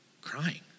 crying